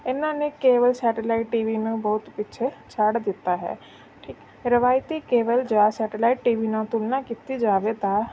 ਇਹਨਾਂ ਨੇ cable satellite TV ਨੂੰ ਬਹੁਤ ਪਿੱਛੇ ਛੱਡ ਦਿੱਤਾ ਹੈ ਠੀਕ ਰਵਾਇਤੀ ਕੇਵਲ ਜਾਂ ਸੈਟਾਲਾਈਟ ਟੀ ਵੀ ਨਾਲ ਤੁਲਨਾ ਕੀਤੀ ਜਾਵੇ ਤਾਂ